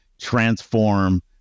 transform